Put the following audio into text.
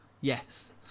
Yes